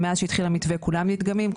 מאז שהתחיל המתווה כולם נדגמים,